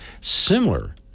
Similar